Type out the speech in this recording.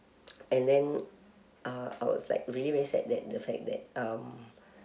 and then uh I was like really really sad that the fact that um